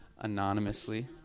Anonymously